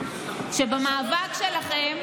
שבמאבק שלכם,